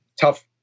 tough